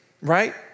right